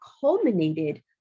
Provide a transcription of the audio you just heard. culminated